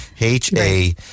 H-A